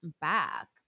back